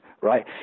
right